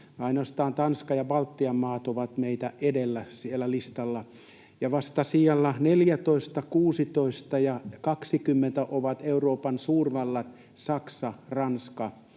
Ainoastaan Tanska ja Baltian maat ovat meitä edellä siellä listalla, ja vasta sijoilla 14,16 ja 20 ovat Euroopan suurvallat Saksa, Ranska